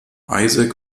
isaac